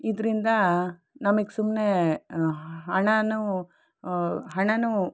ಇದರಿಂದ ನಮಗೆ ಸುಮ್ಮನೆ ಹಣವೂ ಹಣವೂ